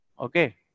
okay